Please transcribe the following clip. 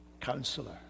counselor